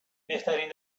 بهترین